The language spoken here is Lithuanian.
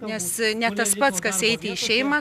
nes ne tas pats kas eiti į šeimą